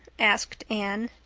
asked anne.